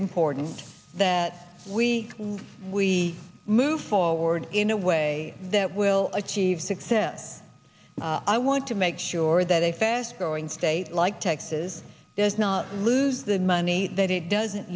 important that we we move forward in a way that will achieve success i want to make sure that a fast growing state like texas does not lose the money that it doesn't